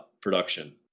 production